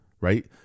right